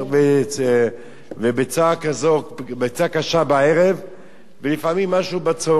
ביצה קשה בערב ולפעמים משהו בצהריים.